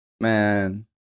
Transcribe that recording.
Man